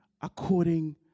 according